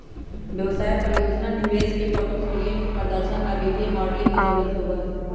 व्यवसाय, परियोजना, निवेश के पोर्टफोलियन के प्रदर्शन ला वित्तीय मॉडलिंग के जरुरत होबा हई